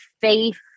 faith